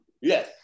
Yes